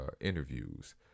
interviews